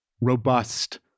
robust